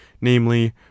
namely